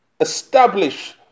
establish